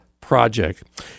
Project